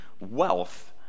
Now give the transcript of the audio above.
Wealth